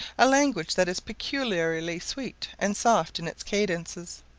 a language that is peculiarly sweet and soft in its cadences,